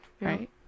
Right